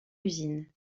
usines